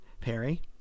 Perry